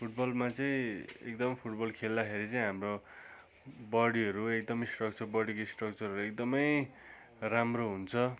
फुटबलमा चाहिँ एकदम फुटबल खेल्दाखेरि चाहिँ हाम्रो बडीहरू एकदमै स्ट्रक्चर बडीको स्ट्रक्चर एकदमै राम्रो हुन्छ